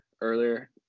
earlier